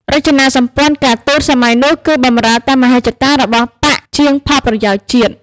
រចនាសម្ព័ន្ធការទូតនាសម័យនោះ គឺបម្រើតែមហិច្ឆតារបស់បក្សជាងផលប្រយោជន៍ជាតិ។